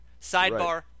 sidebar